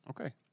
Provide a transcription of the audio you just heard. Okay